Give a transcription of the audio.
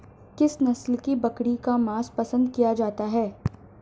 किस नस्ल की बकरी का मांस पसंद किया जाता है?